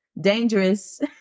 Dangerous